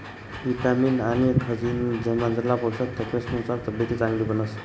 ईटामिन आनी खनिजमझारला पोषक तत्वसमुये तब्येत चांगली बनस